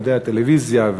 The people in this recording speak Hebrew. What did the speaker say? על-ידי הטלוויזיה,